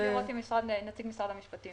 לשמוע מה אומר נציג משרד המשפטים,